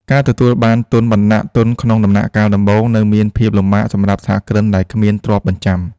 ការទទួលបានទុនបណ្ដាក់ទុនក្នុងដំណាក់កាលដំបូងនៅមានភាពលំបាកសម្រាប់សហគ្រិនដែលគ្មានទ្រព្យបញ្ចាំ។